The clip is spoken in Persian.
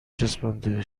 چسبانده